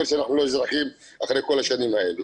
שאנחנו לא אזרחים אחרי כל השנים האלו,